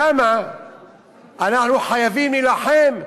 למה אנחנו חייבים להילחם.